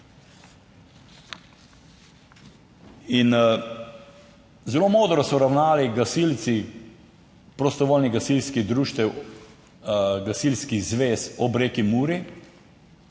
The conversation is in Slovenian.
In zelo modro so ravnali gasilci prostovoljnih gasilskih društev, gasilskih zvez, ob reki Muri,